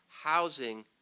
housing